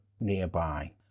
nearby